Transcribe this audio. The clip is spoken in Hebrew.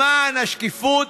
למען השקיפות,